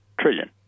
Trillion